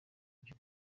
ibyo